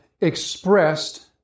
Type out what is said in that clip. expressed